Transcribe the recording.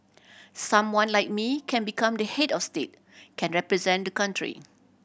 someone like me can become the head of state can represent the country